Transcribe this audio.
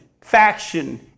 faction